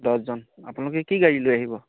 দহজন আপোনালোকে কি গাড়ী লৈ আহিব